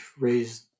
raised